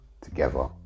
together